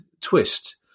twist